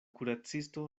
kuracisto